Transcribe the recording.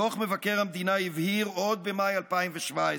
דוח מבקר המדינה הבהיר עוד במאי 2017,